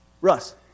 Russ